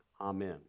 amen